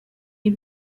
des